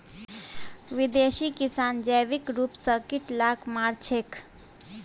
विदेशी किसान जैविक रूप स कीट लाक मार छेक